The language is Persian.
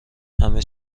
همه